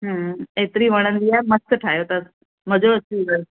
हम्म एतिरी वणंदी आहे मस्तु ठायो अथसि मज़ो अची वियो